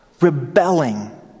rebelling